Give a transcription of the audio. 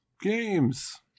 games